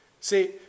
See